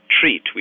treat